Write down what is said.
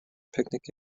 picnic